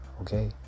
okay